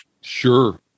Sure